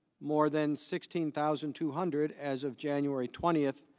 more than sixteen thousand two hundred, as of january twenty,